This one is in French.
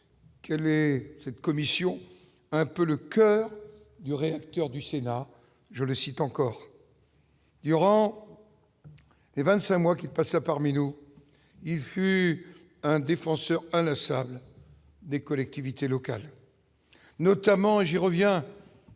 quelle est cette commission un peu le coeur du réacteur du Sénat, je le cite encore. Durant les 25 mois qui passa parmi nous, il fut un défenseur inlassable des collectivités locales notamment, et j'y reviens.